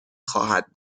خواهد